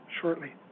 shortly